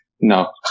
No